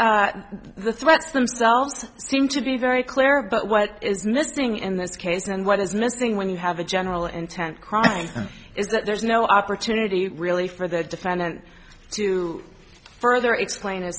but the threats themselves seem to be very clear but what is missing in this case and what is missing when you have a general intent crime is that there's no opportunity really for the defendant to further explain